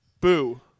boo